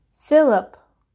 Philip